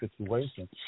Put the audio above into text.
situation